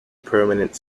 permanent